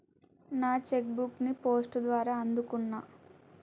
నా cheque book ని post ద్వారా అందుకున్నా